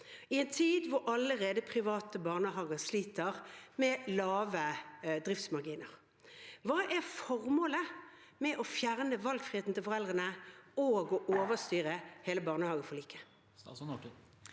i en tid hvor private barnehager allerede sliter med lave driftsmarginer. Hva er formålet med å fjerne valgfriheten til foreldrene og overstyre hele barnehageforliket?